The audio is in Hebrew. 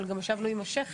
אבל גם ישבנו עם השייחים,